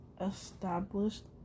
established